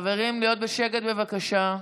להיות בשקט, בבקשה.